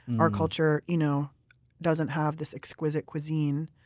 our culture you know doesn't have this exquisite cuisine,